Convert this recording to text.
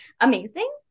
Amazing